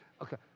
Okay